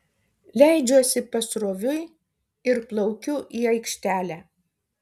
leidžiuosi pasroviui ir plaukiu į aikštelę